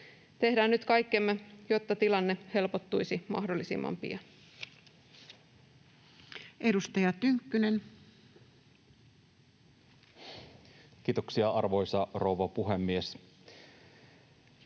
Tehdään nyt kaikkemme, jotta tilanne helpottuisi mahdollisimman pian.